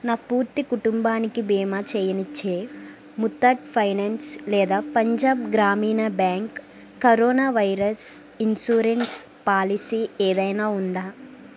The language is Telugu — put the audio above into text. నా పూర్తి కుటుంబానికి భీమా చేయనిచ్చే ముతాట్ ఫైనాన్స్ లేదా Punjab Gramin bank corona virus insurance policy ఏదైనా ఉందా